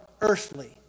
earthly